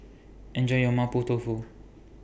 Enjoy your Mapo Tofu